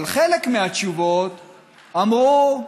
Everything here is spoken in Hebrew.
אבל חלק מהתשובות אמרו: